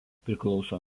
priklauso